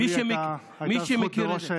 מי שמכיר את זה,